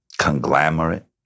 conglomerate